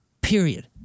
Period